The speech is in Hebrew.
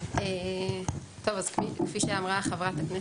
כפי שאמרה חברת הכנסת,